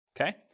okay